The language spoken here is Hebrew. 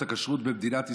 את הכשרות במדינת ישראל,